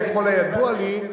ככל הידוע לי,